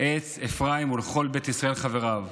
עץ אפרים וכל בית ישראל חברו.